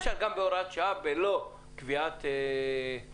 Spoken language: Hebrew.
אפשר גם בהוראת שעה בלי קביעת כללים.